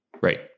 Right